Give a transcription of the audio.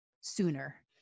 sooner